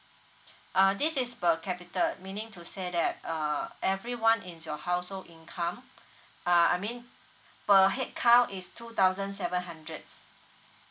uh this is per capita meaning to say that uh everyone in your household income uh I mean per headcount is two thousand seven hundreds